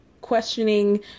questioning